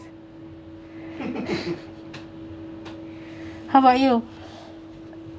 how about you